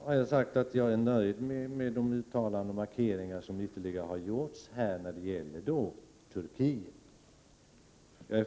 Jag har sagt att jag är nöjd med de uttalanden och markeringar som ytterligare har gjorts här när det gäller Turkiet.